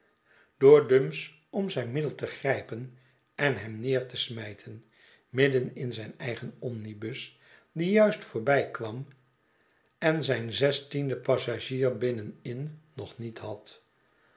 door dumps om zijn middel te grijpen en hem neer te smijten midden in zijn eigen omnibus die juist voorbij kwam en zijn zestienden passagier binnen in nog niet had